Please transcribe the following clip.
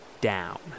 down